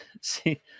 See